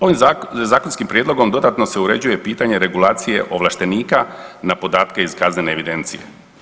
Ovim zakonskim prijedlogom dodatno se uređuje pitanje regulacije ovlaštenika na podatke iz kaznene evidencije.